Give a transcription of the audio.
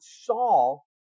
Saul